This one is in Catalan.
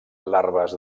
larves